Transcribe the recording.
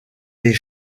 des